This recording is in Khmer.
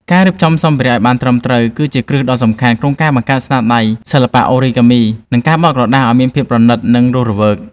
ការរៀបចំសម្ភារៈឱ្យបានត្រឹមត្រូវ គឺជាគ្រឹះដ៏សំខាន់ក្នុងការបង្កើតស្នាដៃសិល្បៈអូរីហ្គាមី និងការបត់ក្រដាសឱ្យមានភាពប្រណីត និងរស់រវើក។